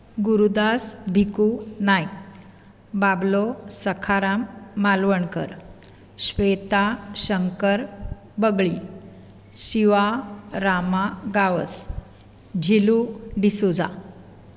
Gurudas Bhiku Naik Bablo Sakaram Malvankar Shweta Shankar Babli Shiva Rama Gawas Zilu D'Souza